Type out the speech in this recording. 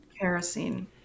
Kerosene